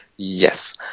Yes